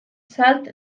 salt